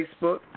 Facebook